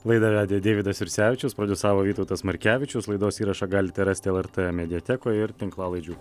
laidą vedė deividas jursevičius prodiusavo vytautas markevičius laidos įrašą galite rasti lrt mediatekoje ir tinklalaidžių